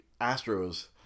Astros